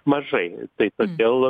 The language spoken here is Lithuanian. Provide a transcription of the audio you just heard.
mažai tai todėl